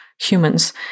humans